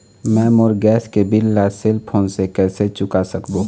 मैं मोर गैस के बिल ला सेल फोन से कइसे चुका सकबो?